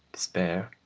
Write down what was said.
despair,